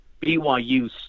BYU